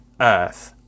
Earth